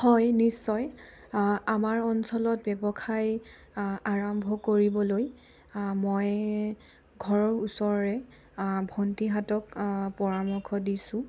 হয় নিশ্চয় আমাৰ অঞ্চলত ব্যৱসায় আৰম্ভ কৰিবলৈ মই ঘৰৰ ওচৰৰে ভণ্টিহঁতক পৰামৰ্শ দিছোঁ